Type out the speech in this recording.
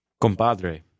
compadre